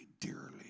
dearly